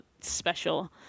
special